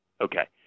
Okay